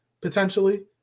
potentially